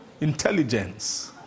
Intelligence